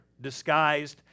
disguised